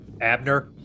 Abner